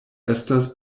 estas